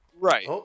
Right